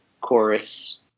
chorus